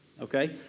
Okay